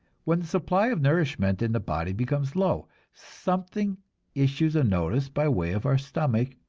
when the supply of nourishment in the body becomes low, something issues a notice by way of our stomach,